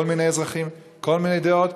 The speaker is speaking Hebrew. כל מיני אזרחים, כל מיני דעות.